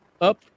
up